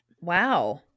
Wow